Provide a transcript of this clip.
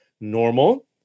normal